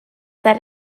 that